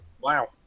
Wow